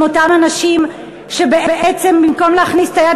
עם אותם אנשים שבעצם במקום להכניס את היד